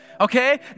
okay